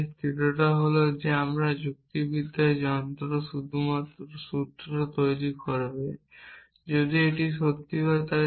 তাই স্থিরতা হল যে আমার যুক্তিবিদ্যা যন্ত্র শুধুমাত্র সত্য সূত্র তৈরি করবে যদি এটি তৈরি করে